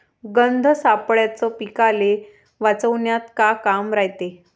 गंध सापळ्याचं पीकाले वाचवन्यात का काम रायते?